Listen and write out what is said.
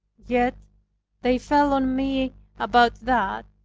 yet they fell on me about that,